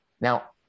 Now